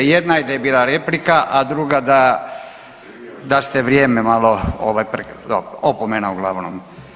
Jedna je da je bila replika, a druga ste vrijeme malo ovaj dobro, opomena uglavnom.